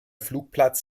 flugplatz